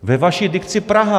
Ve vaší dikci Praha.